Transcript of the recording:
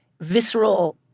visceral